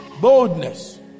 Boldness